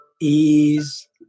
ease